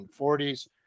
1940s